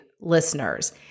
listeners